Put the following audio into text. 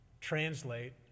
translate